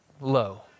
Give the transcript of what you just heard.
low